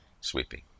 sweeping